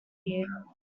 year